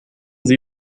sie